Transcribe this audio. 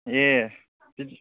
ए